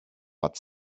but